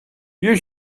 you